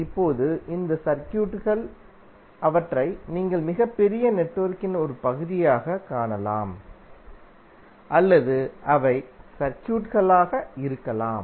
இப்போது இந்த சர்க்யூட்கள் அவற்றை நீங்கள் மிகப் பெரிய நெட்வொர்க்கின் ஒரு பகுதியாகக் காணலாம் அல்லது அவை சர்க்யூட்களாக இருக்கலாம்